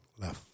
left